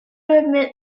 admit